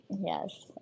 Yes